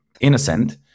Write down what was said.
innocent